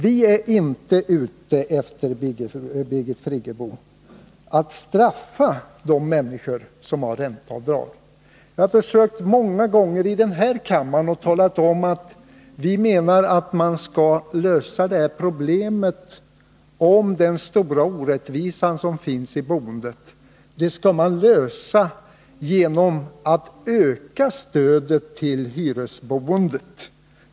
Vi är inte ute efter att straffa de människor som har ränteavdrag. Jag har försökt många gånger här i kammaren att tala om att problemet med den stora orättvisan i boendet skall i första hand lösas genom att man ökar stödet tillhyresboendet.